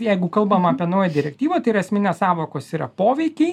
jeigu kalbam apie naują direktyvą tai yra esminės sąvokos yra poveikiai